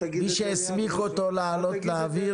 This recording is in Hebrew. מי הסמיך אותו לעלות לאוויר?